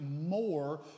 more